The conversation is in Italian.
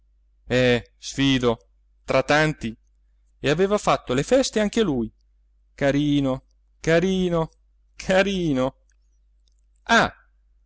eh sfido tra tanti e aveva fatto le feste anche a lui carino carino carino ah